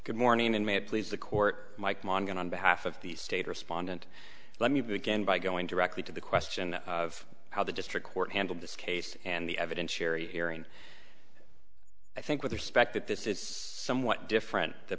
good morning and may it please the court mike manion on behalf of the state respondent let me begin by going directly to the question of how the district court handled this case and the evidence sherry airing i think with respect that this is somewhat different the